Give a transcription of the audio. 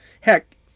Heck